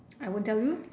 I won't tell you